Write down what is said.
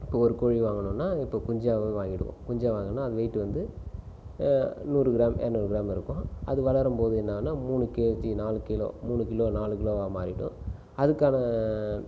இப்போ ஒரு கோழி வாங்குனோன்னா இப்போ குஞ்சாவே வாங்கிடுவோம் குஞ்சா வாங்கினா அது வெயிட் வந்து நூறு கிராம் இரநூறு கிராம் இருக்கும் அது வளரும்போது என்னாவுன்னா மூணு கேஜி நாலு கிலோ மூணு கிலோ நாலு கிலோவாக மாறிடும் அதுக்கான